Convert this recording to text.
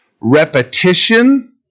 repetition